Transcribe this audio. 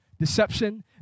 Deception